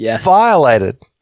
violated